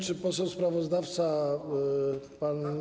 Czy poseł sprawozdawca pan.